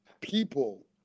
people